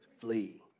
flee